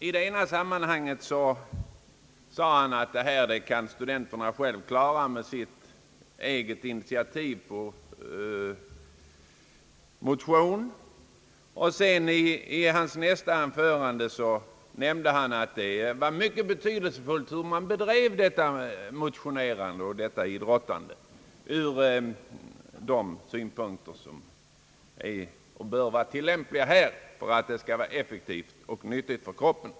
I sitt första anförande sade han att detta kan studenterna själva klara genom eget initiativ och motionsverksamhet, i det andra anförandet nämnde han att det var mycket betydelsefullt hur denna motionsoch idrottsverksamhet bedrevs, ur de synpunkter som är och bör vara tillämpliga om den skall bli till nytta för kroppen.